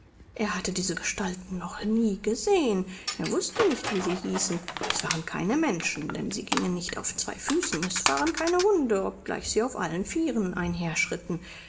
er hatte diese gestalten noch nie gesehen er wußte nicht wie sie hießen es waren keine menschen denn sie gingen nicht auf zwei füßen es waren keine hunde obgleich sie auf allen vieren